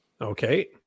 Okay